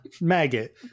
maggot